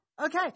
Okay